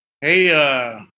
hey